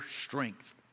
strength